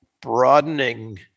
broadening